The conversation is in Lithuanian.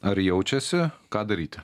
ar jaučiasi ką daryti